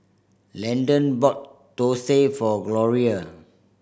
Landan bought thosai for Gloria